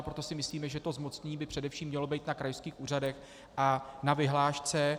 Proto si myslíme, že to zmocnění by především mělo být na krajských úřadech a na vyhlášce.